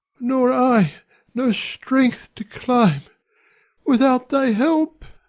nor i no strength to climb without thy help.